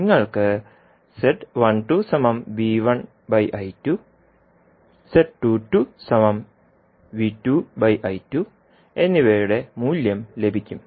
നിങ്ങൾക്ക് എന്നിവയുടെ മൂല്യം ലഭിക്കും